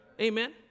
amen